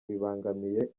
bibangamiye